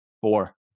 Four